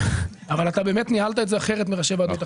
אבל אתה באמת ניהלת את זה אחרת מראשי ועדות אחרות.